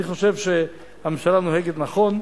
אני חושב שהממשלה נוהגת נכון,